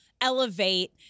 elevate